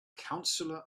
counselor